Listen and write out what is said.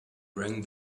rang